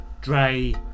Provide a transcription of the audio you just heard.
Dre